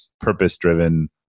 purpose-driven